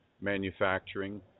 manufacturing